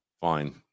fine